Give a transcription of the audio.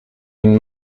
une